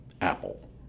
Apple